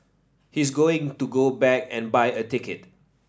he's going to go back and buy a ticket